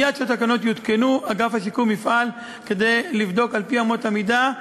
ומייד כשיותקנו התקנות אגף השיקום יפעל כדי לבדוק על-פי אמות המידה,